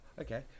Okay